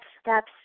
steps